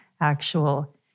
actual